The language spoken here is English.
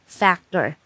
factor